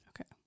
Okay